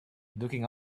looking